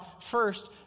first